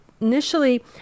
initially